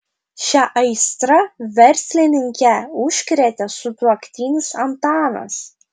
šia aistra verslininkę užkrėtė sutuoktinis antanas